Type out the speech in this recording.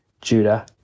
Judah